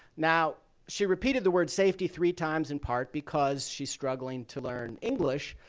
now, she repeated the word safety three times in part because she's struggling to learn english,